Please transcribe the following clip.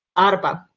arba?